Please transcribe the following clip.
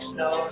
no